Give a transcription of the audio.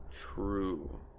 True